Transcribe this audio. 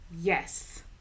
yes